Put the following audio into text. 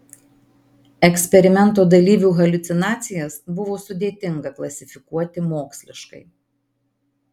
eksperimento dalyvių haliucinacijas buvo sudėtinga klasifikuoti moksliškai